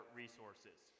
resources